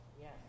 Yes